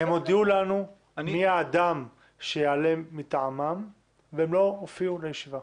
הם הודיעו לנו מי האדם שיעלה מטעמם והם לא הופיעו לישיבה.